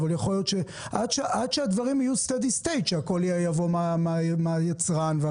עד שהדברים יגיעו למצב יציב,